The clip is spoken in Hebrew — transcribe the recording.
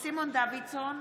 סימון דוידסון,